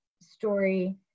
story